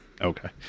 Okay